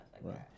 right